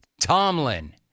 Tomlin